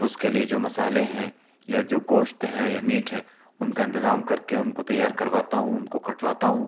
تو اس کے لیے جو مصالحے ہیں یا جو گوشت ہیں یا میٹ ہیں ان کا انتظام کر کے ان کو تیار کر واتا ہوں ان کو کٹواتا ہوں